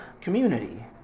community